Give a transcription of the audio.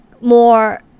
more